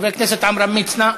חבר הכנסת עמרם מצנע.